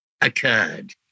occurred